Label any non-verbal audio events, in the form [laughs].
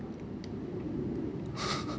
[laughs]